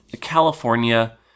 California